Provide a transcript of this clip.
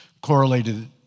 correlated